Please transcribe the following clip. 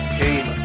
came